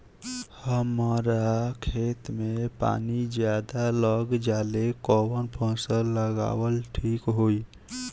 हमरा खेत में पानी ज्यादा लग जाले कवन फसल लगावल ठीक होई?